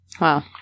Wow